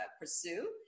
pursue